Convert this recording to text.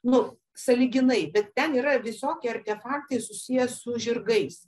nu sąlyginai bet ten yra visokie artefaktai susiję su žirgais